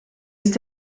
ist